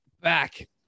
Back